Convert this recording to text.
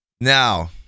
Now